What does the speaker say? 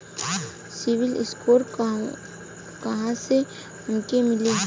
CIBIL score कहाँसे हमके मिली?